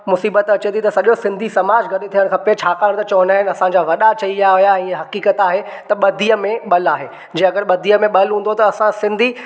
मुसीबत अचे थी त सॼो सिंधी समाज गॾु थियणु खपे छाकाणि त चवंदा आहिनि असां जा वॾा चई विया हुआ हीअ हक़ीक़त आहे त ॿधीअ में ॿलु आहे जे अगर ॿधीअ में ॿलु हूंदो त असां सिंधी